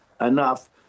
enough